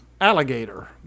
Alligator